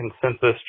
consensus